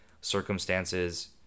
circumstances